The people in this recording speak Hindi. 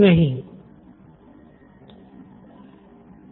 जिससे वो परीक्षा मे बेहतर अंक पा सके यह एक कारण हो सकता है